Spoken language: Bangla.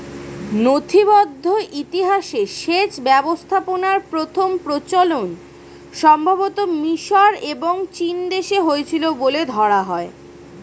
নথিবদ্ধ ইতিহাসে সেচ ব্যবস্থাপনার প্রথম প্রচলন সম্ভবতঃ মিশর এবং চীনদেশে হয়েছিল বলে ধরা হয়